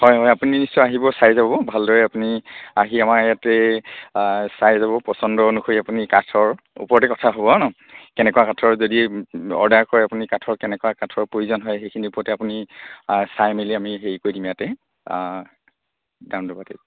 হয় হয় আপুনি নিশ্চয় আহিব চাই যাব ভালদৰে আপুনি আহি আমাৰ ইয়াতে চাই যাব পচন্দ অনুসৰি আপুনি কাঠৰ ওপৰতে কথা হ'ব হয় নহ্ কেনেকুৱা কাঠৰ যদি অৰ্ডাৰ কৰে আপুনি কাঠৰ কেনেকুৱা কাঠৰ প্ৰয়োজন হয় সেইখিনিৰ ওপৰতে আপুনি চাই মেলি আমি হেৰি কৰি দিম ইয়াতে দাম দৰ পাতি